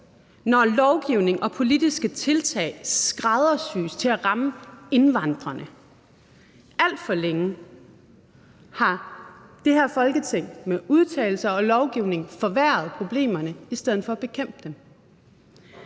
når lovgivning og politiske tiltag skræddersys til at ramme indvandrerne. Alt for længe har det her Folketing med udtalelser og lovgivning forværret problemerne i stedet for at bekæmpe dem.